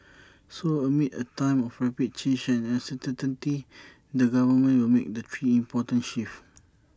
so amid A time of rapid change and uncertainty the government will make the three important shifts